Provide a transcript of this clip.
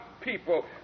people